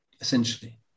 essentially